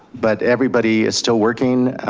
but everybody is still working.